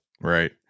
Right